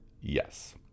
yes